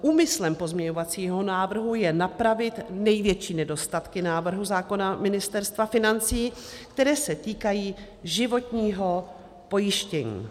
Úmyslem pozměňovacího návrhu je napravit největší nedostatky návrhu zákona Ministerstva financí, které se týkají životního pojištění.